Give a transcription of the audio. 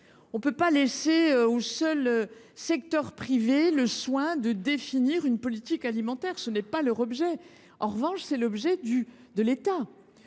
On ne peut pas laisser au seul secteur privé le soin de définir une politique alimentaire. Ce n’est pas sa vocation ; en revanche, c’est celle de l’État.